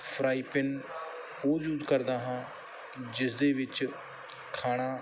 frypan ਉਹ use ਕਰਦਾ ਹਾਂ ਜਿਸਦੇ ਵਿੱਚ ਖਾਣਾ